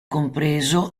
compreso